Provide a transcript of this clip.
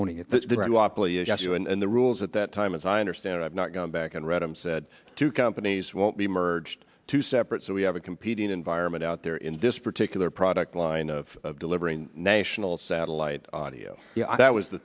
you and the rules at that time as i understand it i've not gone back and read them said two companies won't be merged to separate so we have a competing environment out there in this particular product line of delivering national satellite audio that was the